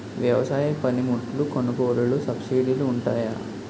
వ్యవసాయ పనిముట్లు కొనుగోలు లొ సబ్సిడీ లు వుంటాయా?